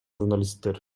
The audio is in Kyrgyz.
журналисттер